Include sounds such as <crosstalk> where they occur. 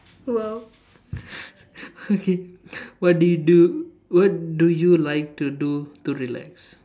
!wow! <laughs> okay what do you do what do you like to do to relax